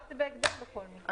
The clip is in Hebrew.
הפקודה מתקדמת בהקדם בכל מקרה.